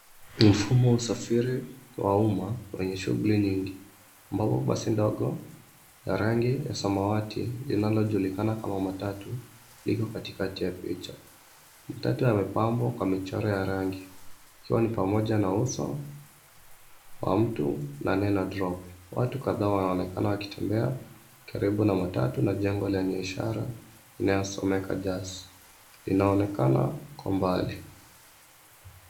Ni mfumo wa usafiri wa umma wenye shughuli nyingi ambapo basi ndogo la rangi ya samawati linalojulikana kama matatu liko katikati ya picha. Matatu yamepambwa kwa michoro ya rangi ikiwa ni pamoja na uso wa mtu na neno pop . Watu kadhaa wanaonekana wakitembea karibu na matatu na jengo lenye ishara inayosomeka jas inaonekana kwa umbali.